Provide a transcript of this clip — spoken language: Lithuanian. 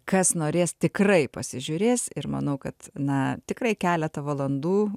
kas norės tikrai pasižiūrės ir manau kad na tikrai keletą valandų